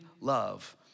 love